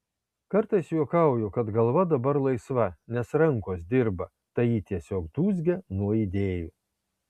kartais juokauju kad galva dabar laisva nes rankos dirba tai ji tiesiog dūzgia nuo idėjų